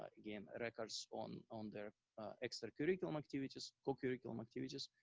ah gain records on on their extracurricular activities, co curricular activities,